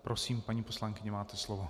Prosím, paní poslankyně, máte slovo.